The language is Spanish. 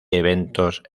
eventos